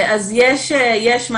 ישנם